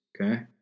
okay